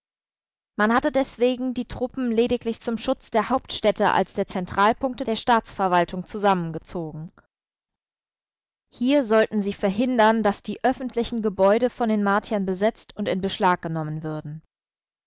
man hatte deswegen die truppen lediglich zum schutz der hauptstädte als der zentralpunkte der staatsverwaltung zusammengezogen hier sollten sie verhindern daß die öffentlichen gebäude von den martiern besetzt und in beschlag genommen würden